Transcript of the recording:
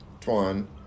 Tuan